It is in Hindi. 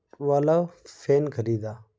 वाला फैन ख़रीदा